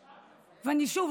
ושוב,